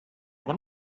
them